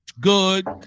good